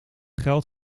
geld